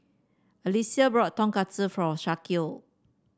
Alicia brought Tonkatsu for Shaquille